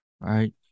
right